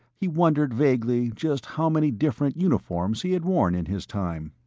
he wondered vaguely just how many different uniforms he had worn in his time.